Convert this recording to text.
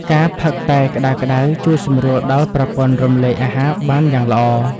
ការផឹកតែក្តៅៗជួយសម្រួលដល់ប្រព័ន្ធរំលាយអាហារបានយ៉ាងល្អ។